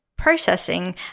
processing